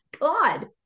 God